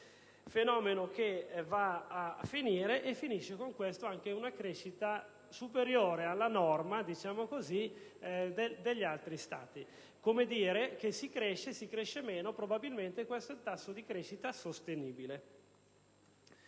fenomeno sta per finire e finisce con questo anche una crescita superiore alla norma degli altri Stati; come dire che si cresce, si cresce meno, e probabilmente questo è il tasso di crescita sostenibile.